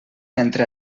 entre